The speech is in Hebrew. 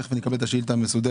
תכף אני אקבל את השאילתה המסודרת.